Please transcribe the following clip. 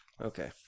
Okay